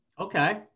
Okay